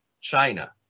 China